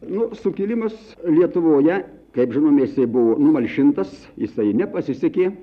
nu sukilimas lietuvoje kaip žinome jisai buvo numalšintas jisai nepasisekė